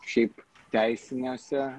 šiaip teisiniuose